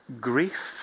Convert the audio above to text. grief